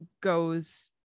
goes